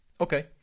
Okay